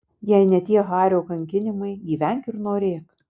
jei ne tie hario kankinimai gyvenk ir norėk